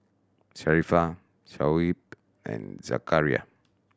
Sharifah Shoaib and Zakaria